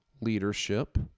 leadership